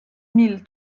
mille